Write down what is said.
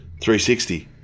360